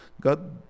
God